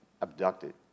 abducted